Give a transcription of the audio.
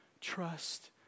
trust